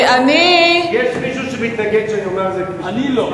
אני, יש מישהו שמתנגד שאני אומר את, אני לא.